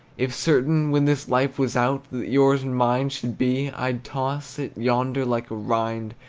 if certain, when this life was out, that yours and mine should be, i'd toss it yonder like a rind,